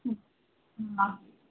हा